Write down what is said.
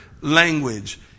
language